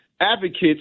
advocates